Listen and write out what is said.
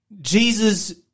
Jesus